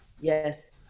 Yes